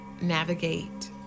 navigate